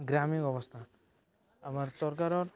গ্ৰামীণ অৱস্থা আমাৰ চৰকাৰৰ